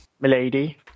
Milady